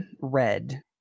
red